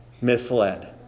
misled